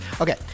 Okay